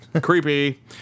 Creepy